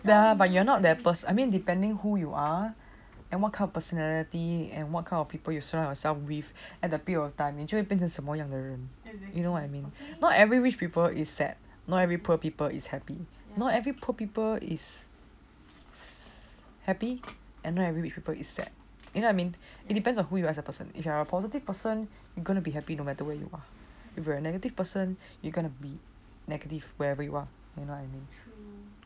ya but you're not that per~ I mean depending who you are and what kind of personality and what kind of people you surround yourself with at the period of time 你就会变成什么样的人 you know what I mean not every rich people is sad not every poor people is happy not every poor people is s~ happy and not every rich people is sad you know what I mean it depends on who you are as a person if you are a positive person gonna be happy no matter where you are if you are a negative person you're gonna be negative wherever you are